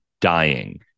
dying